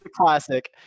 classic